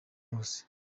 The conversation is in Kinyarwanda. hose